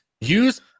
Use